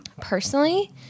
Personally